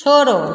छोड़ो